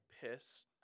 piss